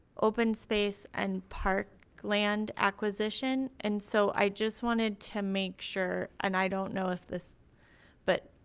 open space and park land acquisition and so i just wanted to make sure and i don't know if this but